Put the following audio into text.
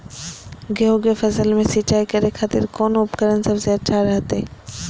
गेहूं के फसल में सिंचाई करे खातिर कौन उपकरण सबसे अच्छा रहतय?